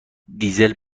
دیزل